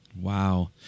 Wow